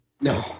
No